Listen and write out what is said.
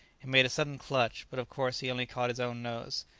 he made a sudden clutch, but of course he only caught his own nose.